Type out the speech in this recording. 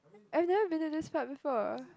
I never visit this park before